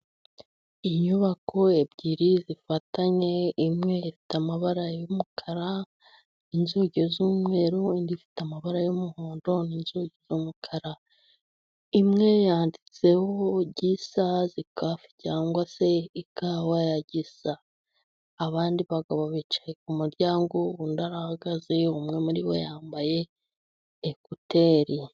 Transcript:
Inyubako ebyiri zifatanye. Imwe ifite amabara y'umukara inzugi z'umweru. Indi ifite amabara y'umuhondo, inzugi z'umukara. Imwe yanditseho Gisazikafe cyangwa se ikawa ya Gisa. Abandi bagabo bicaye ku muryango, undi arahagaze. Umwe muri bo yambaye ekuteri.